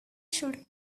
should